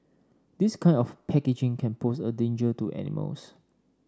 this kind of packaging can pose a danger to animals